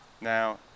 Now